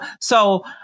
so-